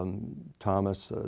um thomas,